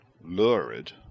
lurid